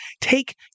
take